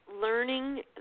learning